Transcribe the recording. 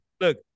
Look